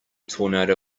tornado